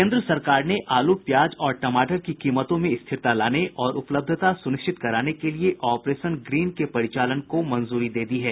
केन्द्र सरकार ने आलू प्याज और टमाटर की कीमतों में स्थिरता लाने और उपलब्धता सुनिश्चित कराने के लिए ऑपरेशन ग्रीन के परिचालन की मंजूरी दे दी है